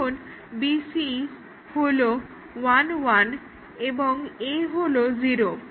এখন BC হলো 1 1 এবং A হলো 0